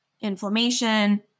inflammation